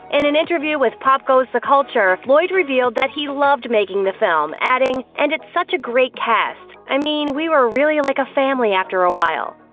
in an interview with pop goes the culture, lloyd revealed that he loved making the film, adding, and it's such a great cast i mean, we were like a family after a while.